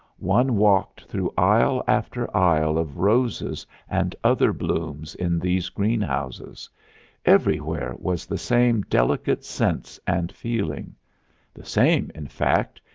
one walked through aisle after aisle of roses and other blooms in these greenhouses everywhere was the same delicate sense and feeling the same, in fact,